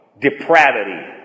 Depravity